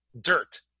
dirt